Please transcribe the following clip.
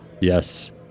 Yes